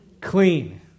Clean